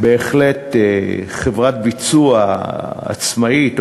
בהחלט חברת ביצוע עצמאית,